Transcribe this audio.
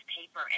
paper